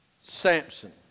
Samson